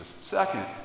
Second